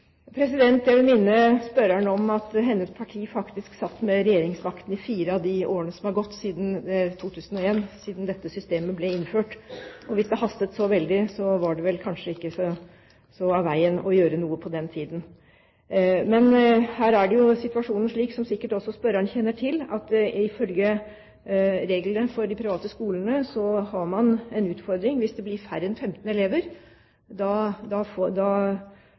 Jeg vil minne spørreren om at hennes parti faktisk satt med regjeringsmakten i fire av de årene som er gått siden 2001, da dette systemet ble innført. Hvis det hastet så veldig, var det vel kanskje ikke av veien å gjøre noe på den tiden. Her er situasjonen slik, som spørreren sikkert kjenner til, at ifølge regler for de private skolene har man en utfordring hvis det blir færre enn 15 elever.